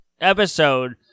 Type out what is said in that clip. episode